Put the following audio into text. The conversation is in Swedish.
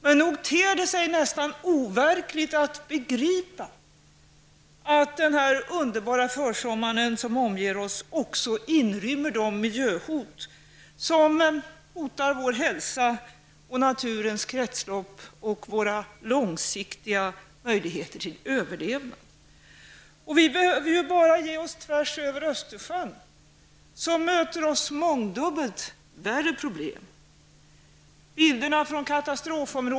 Men nog ter det väl sig nästan overkligt att begripa att den här underbara försommaren som omger oss också inrymmer de miljörisker som hotar vår hälsa, naturens kretslopp och våra långsiktiga möjligheter till överlevnad. Vi behöver ju bara bege oss tvärs över Östersjön, så möter oss där mångdubbelt värre problem.